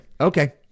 Okay